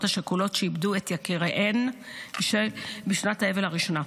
השכולות שאיבדו את יקיריהן בשנת האבל הראשונה.